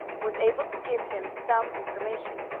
was able to give him some information.